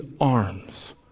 arms